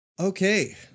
Okay